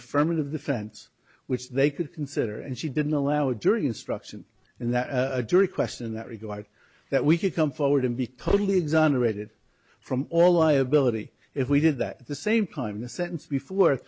affirmative defense which they could consider and she didn't allow a jury instruction in that jury question in that regard that we could come forward and be totally exonerated from all liability if we did that at the same time the sentence before